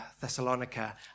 Thessalonica